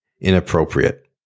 inappropriate